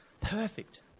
Perfect